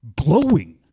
glowing